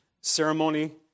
ceremony